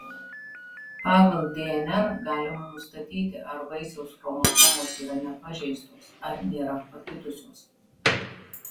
pagal dnr galima nustatyti ar vaisiaus chromosomos yra nepažeistos ar nėra pakitusios